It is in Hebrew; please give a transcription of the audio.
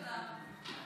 תודה.